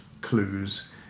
clues